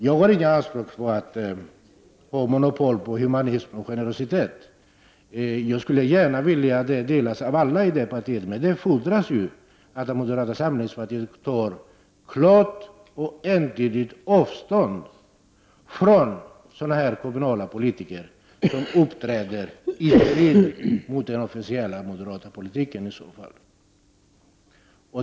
Jag gör inte anspråk på att ha monopol på humanitet och generositet. Jag skulle gärna vilja att dessa begrepp omfattades även av alla i moderata samlingspartiet. Men då fordras det att partiet tar klart och entydigt avstånd från kommunala politiker som uppträder i strid mot den officiella moderata politiken.